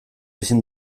ezin